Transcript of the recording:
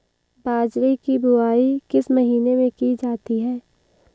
बाजरे की बुवाई किस महीने में की जाती है?